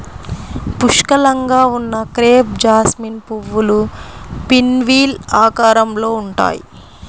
పుష్కలంగా ఉన్న crape jasmine పువ్వులు పిన్వీల్ ఆకారంలో ఉంటాయి